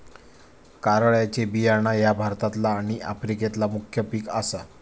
कारळ्याचे बियाणा ह्या भारतातला आणि आफ्रिकेतला मुख्य पिक आसा